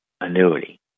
annuity